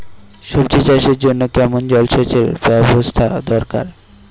সবজি চাষের জন্য কেমন জলসেচের ব্যাবস্থা দরকার?